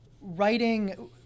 writing –